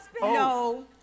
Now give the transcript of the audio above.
No